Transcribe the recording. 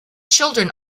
children